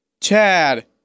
Chad